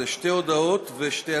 זה שתי הודעות ושתי הצבעות.